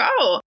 go